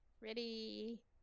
Ready